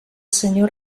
senyor